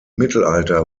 mittelalter